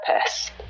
purpose